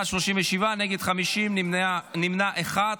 בעד, 30, נגד, 50, נמנע אחד.